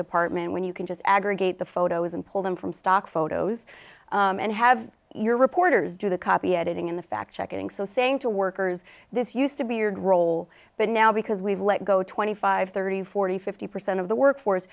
department when you can just aggregate the photos and pull them from stock photos and have your reporters do the copy editing in the fact checking so saying to workers this used to be your role but now because we've let go twenty five thirty forty fifty percent of the workforce